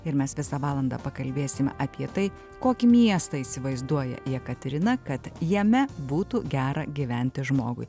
ir mes visą valandą pakalbėsim apie tai kokį miestą įsivaizduoja jekaterina kad jame būtų gera gyventi žmogui